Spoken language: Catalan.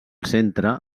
centre